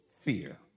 fear